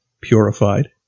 purified